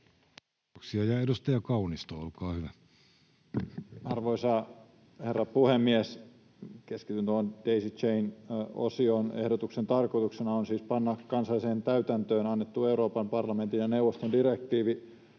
18:58 Content: Arvoisa herra puhemies! Keskityn tuohon Daisy Chain ‑osioon: Ehdotuksen tarkoituksena on siis panna kansalliseen täytäntöön Euroopan parlamentin ja neuvoston direktiivi